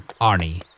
Arnie